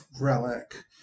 Relic